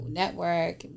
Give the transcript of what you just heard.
network